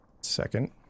Second